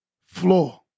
floor